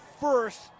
first